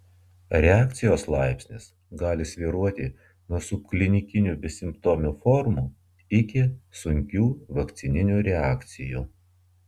reakcijos laipsnis gali svyruoti nuo subklinikinių besimptomių formų iki sunkių vakcininių reakcijų